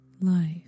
life